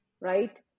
right